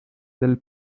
del